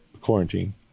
quarantine